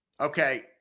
Okay